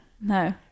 No